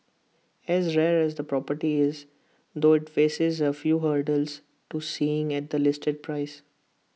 as rare as the property is though IT faces A few hurdles to seeing at the listed price